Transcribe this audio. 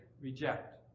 Reject